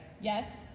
Yes